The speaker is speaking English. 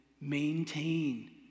maintain